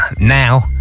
now